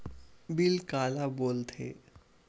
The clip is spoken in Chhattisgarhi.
बिल काला बोल थे?